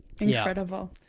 Incredible